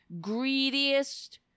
greediest